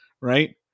right